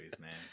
man